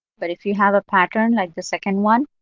but if you have a pattern like the second one,